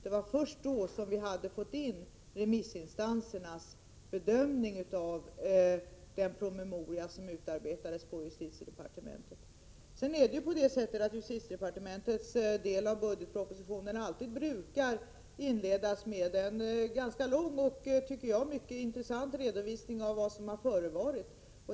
Det var först då som vi hade fått in remissinstansernas bedömning av den promemoria som hade utarbetats inom justitiedepartementet. Justitiedepartementets del i budgetpropositionen brukar alltid inledas med en ganska lång och, tycker jag, intressant redovisning av vad som har förevarit.